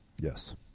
Yes